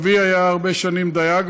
אבי היה הרבה שנים דייג,